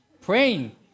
praying